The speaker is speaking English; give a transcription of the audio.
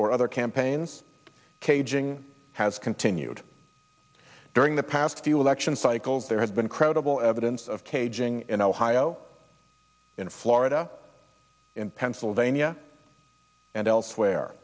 or other campaigns caging has continued during the past few election cycles there has been credible evidence of caging in ohio in florida in pennsylvania and elsewhere